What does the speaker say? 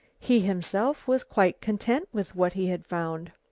he himself was quite content with what he had found.